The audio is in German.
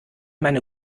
meine